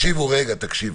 רגע, תקשיבו.